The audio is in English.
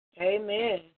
Amen